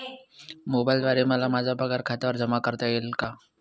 मोबाईलद्वारे मला माझा पगार खात्यावर जमा करता येईल का?